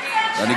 לא הבנתי, סליחה.